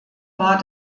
war